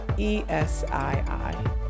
E-S-I-I